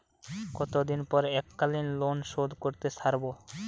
কতদিন পর এককালিন লোনশোধ করতে সারব?